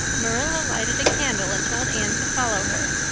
marilla lighted a candle and told anne to follow her,